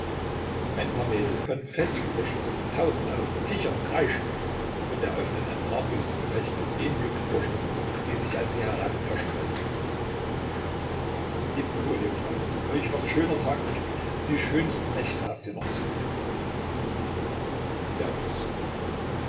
ein paar mädel konfettiüberschüttet tauchen auf kichern und kreischen und eröffnen ein harmloses gefecht mit den jungen burschen die sich an sie heranpirschen wollen lebt wohl ihr kleinen euch ward schöner tage glück die schönen nächte habt ihr noch zurück